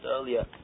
earlier